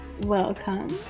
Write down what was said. welcome